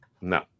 No